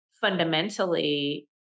fundamentally